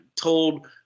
told